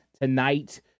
tonight